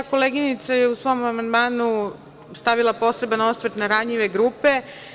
Koleginica je u svom amandmanu stavila poseban osvrt na ranjive grupe.